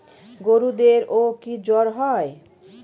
গরুদেরও কি জ্বর হয়?